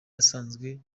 asanzwe